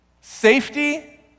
Safety